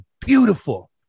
beautiful